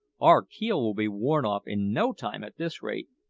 our keel will be worn off in no time at this rate.